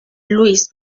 luis